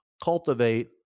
cultivate